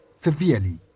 severely